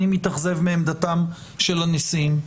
אני מתאכזב מעמדתם של הנשיאים.